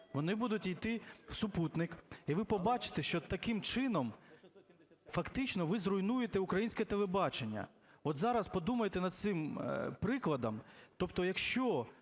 вони будуть йти в супутник. І ви побачите, що таким чином фактично ви зруйнуєте українське телебачення. От зараз подумайте над цим прикладом.